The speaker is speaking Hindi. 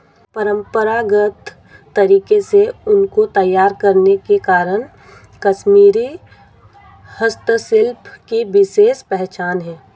परम्परागत तरीके से ऊन को तैयार करने के कारण कश्मीरी हस्तशिल्प की विशेष पहचान है